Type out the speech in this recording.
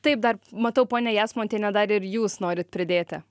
taip dar matau ponia jasmontiene dar ir jūs norit padėti